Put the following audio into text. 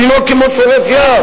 דינו כמו שורף יער,